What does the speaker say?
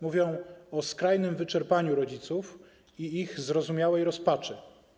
Mówią o skrajnym wyczerpaniu rodziców i ich zrozumiałej rozpaczy.